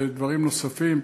דברים נוספים.